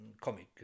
comic